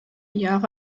jahre